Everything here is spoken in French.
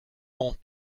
font